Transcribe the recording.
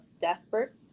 desperate